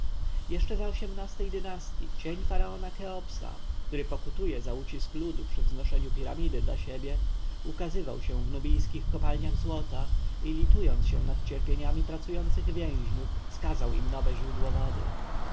za osiemnastej dynastji cień faraona cheopsa który pokutuje za ucisk ludu przy wznoszeniu piramidy dla siebie ukazywał się w nubijskich kopalniach złota i litując się nad cierpieniami pracujących więźniów wskazał im nowe źródło wody